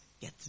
get